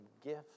gift